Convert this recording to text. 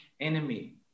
enemy